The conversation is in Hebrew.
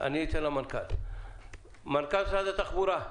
מנכ"ל משרד התחבורה,